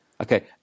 Okay